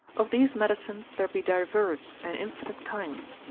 of these medicines there be diverse and infinite kinds,